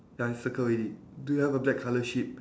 ya I circle already do you have a black colour sheep